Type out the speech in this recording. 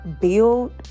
build